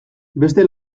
beste